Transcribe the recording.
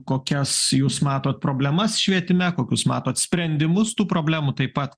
kokias jūs matot problemas švietime kokius matot sprendimus tų problemų taip pat